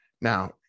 Now